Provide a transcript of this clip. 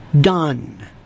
Done